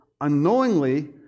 unknowingly